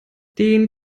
den